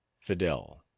Fidel